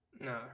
No